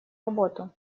работу